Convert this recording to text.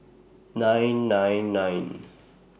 nine nine nine